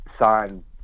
sign